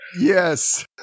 Yes